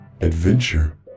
Adventure